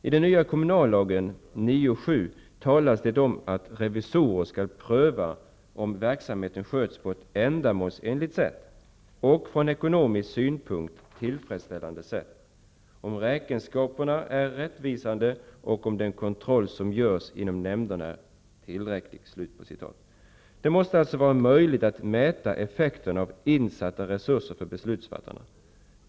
I den nya kommunallagen 9:7 talas det om att revisorer skall pröva om verksamheten sköts på ett ändamålsenligt och från ekonomisk synpunkt tillfredsställande sätt, om räkenskaperna är rättvisande och om den kontroll som görs inom nämnderna är tillräcklig. Det måste alltså vara möjligt för beslutsfattarna att mäta effekterna av insatta resurser.